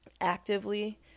actively